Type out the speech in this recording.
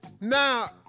Now